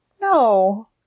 No